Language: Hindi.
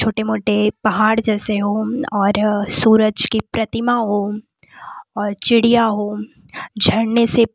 छोटे मोटे पहाड़ जैसे हों और सूरज की प्रतिमा हो और चिड़िया हो झरने से